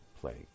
play